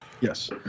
Yes